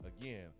Again